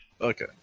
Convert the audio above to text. Okay